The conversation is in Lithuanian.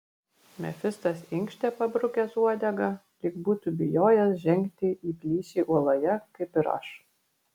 mefistas inkštė pabrukęs uodegą lyg būtų bijojęs žengti į plyšį uoloje kaip ir aš